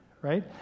right